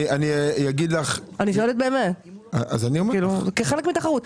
אני שואלת באמת, כחלק מתחרות.